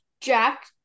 Jack